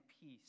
peace